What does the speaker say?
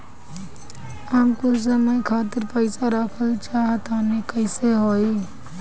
हम कुछ समय खातिर पईसा रखल चाह तानि कइसे होई?